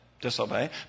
disobey